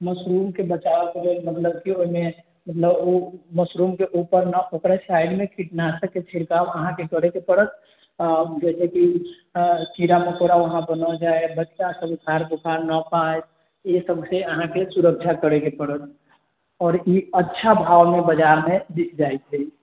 mushroom के बचाबय के लेल मतलब की ओहिमे मतलब ओ मशरूम के ऊपर न ओकरा साइड मे कीटनाशक के छिड़काव अहाँके करै के परत आ जाहिसेकी कीड़ा मकोड़ा वहाँ पे न जाइ बच्चा सब ऊखाड़ पुखार न पाइ ई सबसे अहाँके सुरक्षा करै के परत और ई अच्छा भाव मे बाजार मे बिक जाइ छै